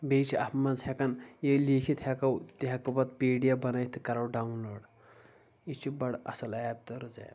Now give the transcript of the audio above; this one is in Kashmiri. بیٚیہِ چھِ اَتھ منٛز ہٮ۪کان یے لیٖکھِتھ ہٮ۪کو تہِ ہٮ۪کو پَتہٕ پی ڈی اٮ۪ف بَنٲوِتھ تہٕ کَرو ڈاوُن لوڈ یہِ چھِ بَڑٕ اَصٕل ایپ تہٕ رٕژ ایپ